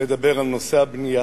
מספר מדבר על נושא הבנייה,